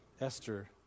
Esther